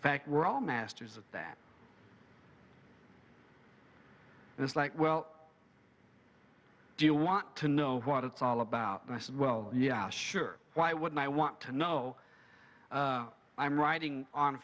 fact we're all masters at that and it's like well do you want to know what it's all about and i said well yeah sure why would i want to know i'm writing on